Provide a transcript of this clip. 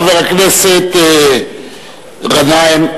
חבר הכנסת גנאים,